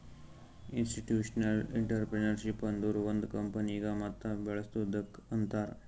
institutional entrepreneurship ಅಂದುರ್ ಒಂದ್ ಕಂಪನಿಗ ಮತ್ ಬೇಳಸದ್ದುಕ್ ಅಂತಾರ್